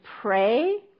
pray